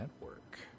Network